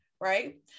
right